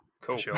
Cool